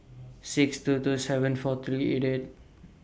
six two two seven four three eight eight